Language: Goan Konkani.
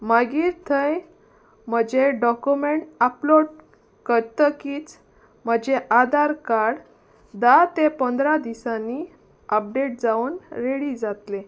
मागीर थंय म्हजे डॉक्युमेंट अपलोड करतकच म्हजें आदार कार्ड धा ते पंदरा दिसांनी अपडेट जावन रेडी जातलें